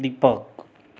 Deepak